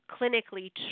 clinically